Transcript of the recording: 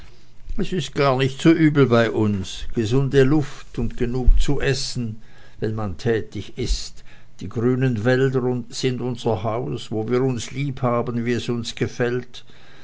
es ist gar nicht so übel bei uns gesunde luft und genug zu essen wenn man tätig ist die grünen wälder sind unser haus wo wir uns liebhaben wie es uns gefällt